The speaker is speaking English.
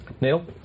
neil